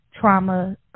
trauma